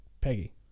Peggy